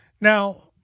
Now